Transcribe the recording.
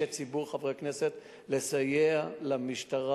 מאישי ציבור ומחברי כנסת לסייע למשטרה,